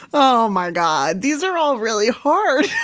oh my god. these are all really hard.